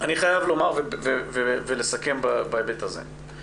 אני חייב לומר ולסכם בהיבט הזה,